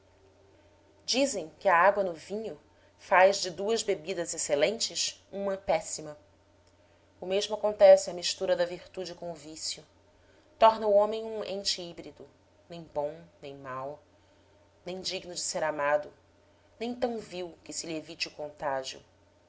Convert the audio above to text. dizem que a água no vinho faz de duas bebidas excelentes uma péssima o mesmo acontece à mistura da virtude com o vício torna o homem um ente híbrido nem bom nem mau nem digno de ser amado nem tão vil que se lhe evite o contágio